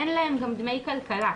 אין להם גם דמי כלכלה,